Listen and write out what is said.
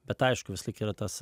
bet aišku visą laik yra tas